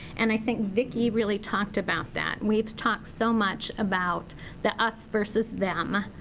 and i think vicki really talked about that. we've talked so much about the us versus them.